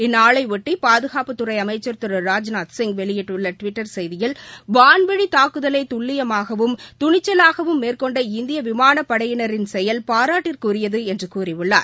இந்நாளையொட்டி பாதுகாப்புத் துறை அமைச்சர் திரு ராஜ்நாத்சிங் வெளியிட்டுள்ள டிவிட்டர் செய்தியில் வான்வழி தாக்குதலை துல்லியமாகவும் துணிச்சலாகவும் மேற்கொண்ட இந்திய விமானப் படையினரின் செயல் பாராட்டுக்குரியது என்று கூறியுள்ளார்